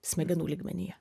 smegenų lygmenyje